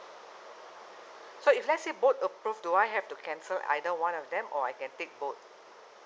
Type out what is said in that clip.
so if let's say both approved do I have to cancel either one of them or I can take both